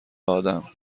آدم